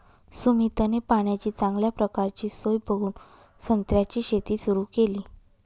सुमितने पाण्याची चांगल्या प्रकारची सोय बघून संत्र्याची शेती सुरु केली